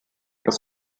das